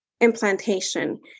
implantation